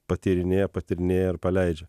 patyrinėja patyrinėja ir paleidžia